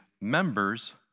members